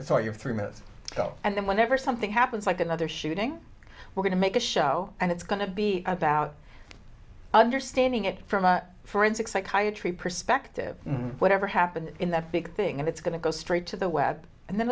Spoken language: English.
saw your three minutes ago and then whenever something happens like another shooting we're going to make a show and it's going to be about understanding it from a forensic psychiatry perspective whatever happened in that big thing and it's going to go straight to the web and then